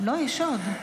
לא, יש עוד.